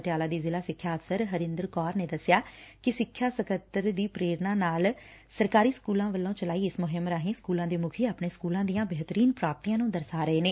ਪਟਿਆਲਾ ਦੀ ਜ਼ਿੱਲ੍ਹਾ ਸਿਖਿਆ ਅਫ਼ਸਰ ਹਰਿੰਦਰ ਕੌਰ ਨੇ ਦਸਿਆ ਕਿ ਸਿੱਖਿਆ ਸਕੱਤਰ ਦੀ ਪ੍ਰੇਰਣਾ ਨਾਲ ਸਰਕਾਰੀ ਸਕੂਲਾਂ ਵੱਲੋਂ ਚਲਾਈ ਇਸ ਮੁਹਿੰਮ ਰਾਹੀਂ ਸਕੂਲਾਂ ਦੇ ਮੁੱਖੀ ਆਪਣੇ ਸਕੂਲਾਂ ਦੀਆਂ ਬਿਹਤਰੀਨ ਪਾ੍ਪਤੀਆਂ ਨੁੰ ਦਰਸਾ ਰਹੇ ਨੇ